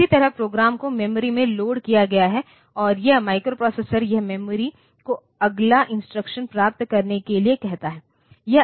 किसी तरह प्रोग्राम को मेमोरी में लोड किया गया है और यह माइक्रोप्रोसेसर यह मेमोरी को अगला इंस्ट्रक्शन प्राप्त करने के लिए कहता है